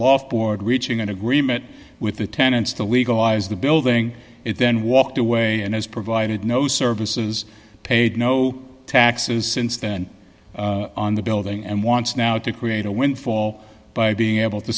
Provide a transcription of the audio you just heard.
loft board reaching an agreement with the tenants to legalize the building it then walked away and has provided no services paid no taxes since then on the building and wants now to create a windfall by being able to